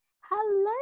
Hello